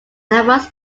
advanced